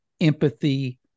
empathy